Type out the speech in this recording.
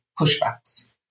pushbacks